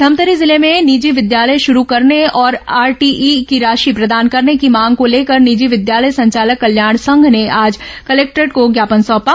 धमतरी जिले में निजी विद्यालय शुरू करने और आरटीई की राशि प्रदान करने की मांग को लेकर निजी विद्यालय संचालक कल्याण संघ ने आज कलेक्टर को ज्ञापन सौंपा